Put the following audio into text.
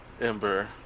Ember